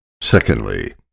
Secondly